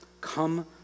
Come